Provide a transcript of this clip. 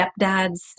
stepdads